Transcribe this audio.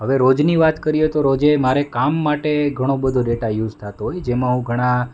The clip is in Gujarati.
હવે રોજની વાત કરીએ તો રોજ મારે કામ માટે ઘણો બધો ડેટા યુઝ થતો હોય જેમાં હું ઘણા